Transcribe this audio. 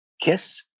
Kiss